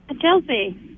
Chelsea